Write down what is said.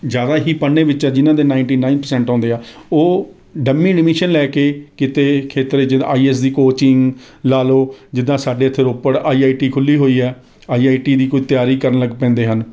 ਜ਼ਿਆਦਾ ਹੀ ਪੜ੍ਹਨੇ ਵਿੱਚ ਜਿਨ੍ਹਾਂ ਦੇ ਨਾਈਟੀ ਨਾਈਨ ਪ੍ਰਸੈਂਟ ਆਉਂਦੇ ਆ ਉਹ ਡੰਮੀ ਐਡਮੀਸ਼ਨ ਲੈ ਕੇ ਕਿਤੇ ਖੇਤਰ ਜਿੱਦਾਂ ਆਈ ਏ ਐੱਸ ਦੀ ਕੋਚਿੰਗ ਲਾ ਲਓ ਜਿੱਦਾਂ ਸਾਡੇ ਇੱਥੇ ਰੋਪੜ ਆਈ ਆਈ ਟੀ ਖੁੱਲ੍ਹੀ ਹੋਈ ਆ ਆਈ ਆਈ ਟੀ ਦੀ ਕੁਝ ਤਿਆਰੀ ਕਰਨ ਲੱਗੇ ਪੈਂਦੇ ਹਨ